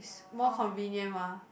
more convenient mah